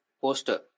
poster